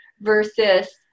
versus